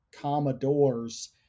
Commodores